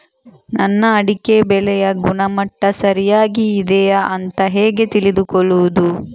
ನನ್ನ ಅಡಿಕೆ ಬೆಳೆಯ ಗುಣಮಟ್ಟ ಸರಿಯಾಗಿ ಇದೆಯಾ ಅಂತ ಹೇಗೆ ತಿಳಿದುಕೊಳ್ಳುವುದು?